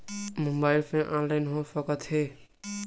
Mobile से online हो सकत हे?